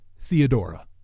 Theodora